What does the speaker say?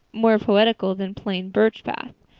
more poetical than plain birch path.